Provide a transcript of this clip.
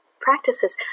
practices